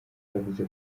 yavuze